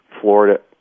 Florida